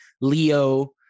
Leo